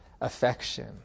affection